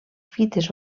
fites